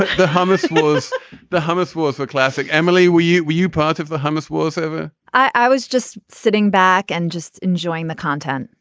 the hummus? the hummus was a classic. emily, were you were you part of the hummus was over i was just sitting back and just enjoying the content.